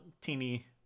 teeny